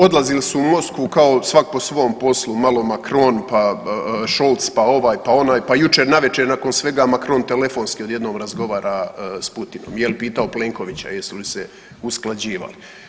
Odlazili su u Moskvu kao svak po svom poslu malo Macron, pa Scholz, pa ovaj, pa onaj, pa jučer navečer nakon svega Macron telefonski odjednom razgovara s Putinom jel pitao Plenkovića jesu li usklađivali.